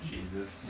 Jesus